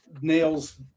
nails